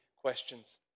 questions